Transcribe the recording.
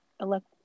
elect